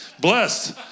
Blessed